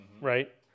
right